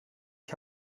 ich